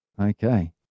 Okay